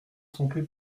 trompez